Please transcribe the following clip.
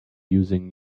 using